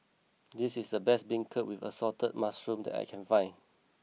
this is the best Beancurd with Assorted Mushrooms that I can find